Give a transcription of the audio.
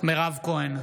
מירב כהן,